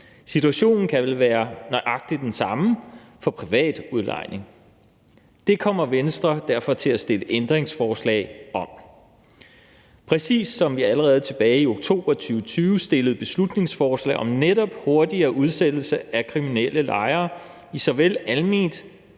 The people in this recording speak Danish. Situationen kan vel være nøjagtig den samme for privat udlejning. Det kommer Venstre derfor til at stille ændringsforslag om, præcis som vi allerede i oktober 2020 fremsatte et beslutningsforslag netop om hurtigere udsættelse af kriminelle lejere i såvel alment